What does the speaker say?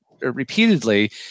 repeatedly